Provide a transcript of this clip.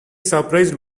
surprised